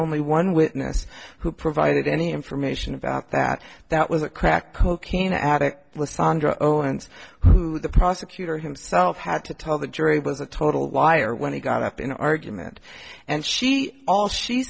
only one witness who provided any information about that that was a crack cocaine addict lisandro owens who the prosecutor himself had to tell the jury was a total liar when he got up in an argument and she all she